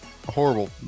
horrible